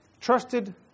trusted